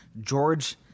George